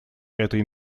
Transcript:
этой